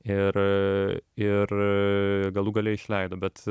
ir ir galų gale išleido bet